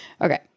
Okay